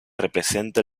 representa